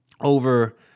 over